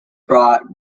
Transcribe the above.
brought